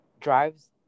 drives